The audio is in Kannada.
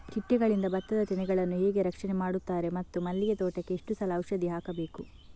ಚಿಟ್ಟೆಗಳಿಂದ ಭತ್ತದ ತೆನೆಗಳನ್ನು ಹೇಗೆ ರಕ್ಷಣೆ ಮಾಡುತ್ತಾರೆ ಮತ್ತು ಮಲ್ಲಿಗೆ ತೋಟಕ್ಕೆ ಎಷ್ಟು ಸಲ ಔಷಧಿ ಹಾಕಬೇಕು?